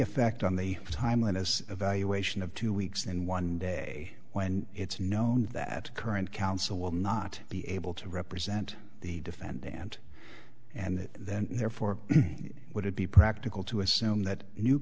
effect on the time line as evaluation of two weeks and one day when it's known that current counsel will not be able to represent the defendant and then therefore would it be practical to assume that new